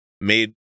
made